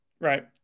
Right